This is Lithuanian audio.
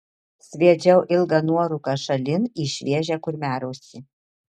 sviedžiau ilgą nuorūką šalin į šviežią kurmiarausį